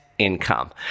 income